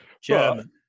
German